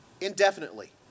indefinitely